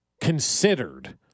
considered